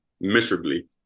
miserably